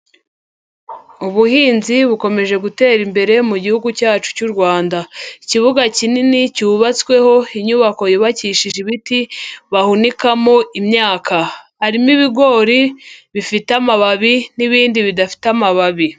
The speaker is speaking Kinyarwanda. Ubuhinzi bukomeje gutera imbere mu gihugu cyacu cy'u Rwanda. Ikibuga kinini cyubatsweho inyubako yubakishije ibiti bahunikamo imyaka. Harimo ibigori bifite amababi, n'ibindi bidafite amababi.